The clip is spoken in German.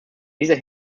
dieser